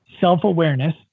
self-awareness